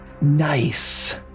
Nice